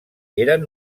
eren